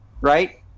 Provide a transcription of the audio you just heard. right